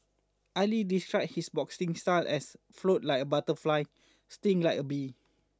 Ali described his boxing style as float like a butterfly sting like a bee